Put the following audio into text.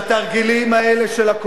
אני אומר לכם שהתרגילים האלה של הקואליציה,